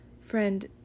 Friend